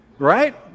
right